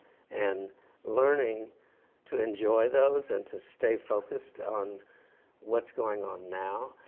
and learning to enjoy those and to stay focused on what's going on now.